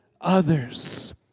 others